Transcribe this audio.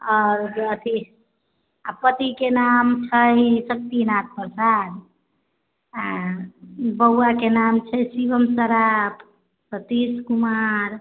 आओर अथि पति के नाम छै शक्ति नाथ प्रसाद आ बौआ के नाम छै शिवम सराफ सतीश कुमर